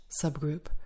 subgroup